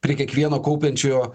prie kiekvieno kaupiančiojo